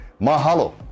Mahalo